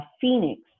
Phoenix